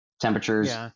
temperatures